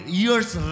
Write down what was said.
year's